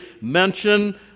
mention